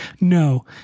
no